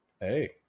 hey